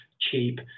cheap